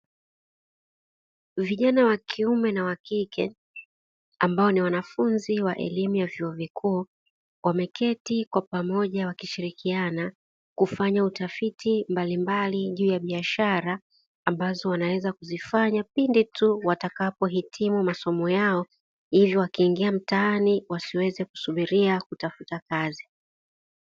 Vijana wa kiume na wa kike ambao ni wanafunzi wa elimu ya vyuo vikuu, wameketi kwa pamoja wakishirikiana kufanya utafiti mbalimbali juu ya biashara, ambazo wanaweza kuzifanya pindi tu watakapo hitimu masomo yao ili wakiingia mtaani wasiweze kusubiria kutafuta kazi.